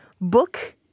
Book